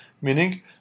Meaning